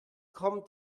kommt